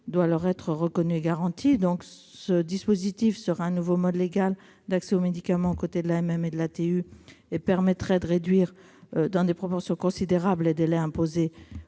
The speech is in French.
doit leur être reconnu et garanti. L'introduction de ce dispositif, qui serait un nouveau mode légal d'accès aux médicaments, au côté de l'AMM et de l'ATU, permettrait de réduire dans des proportions considérables les délais imposés